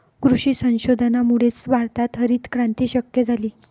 कृषी संशोधनामुळेच भारतात हरितक्रांती शक्य झाली